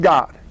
God